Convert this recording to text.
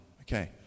Okay